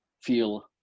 feel